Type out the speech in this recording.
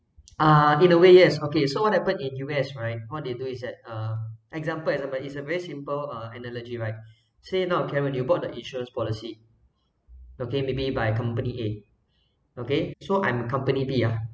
ah in a way yes okay so what happen in U_S right what they do is that uh example it's a very simple uh analogy right say now a current you bought the insurance policy okay maybe by a company A okay so I'm company B ah